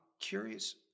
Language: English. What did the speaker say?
curious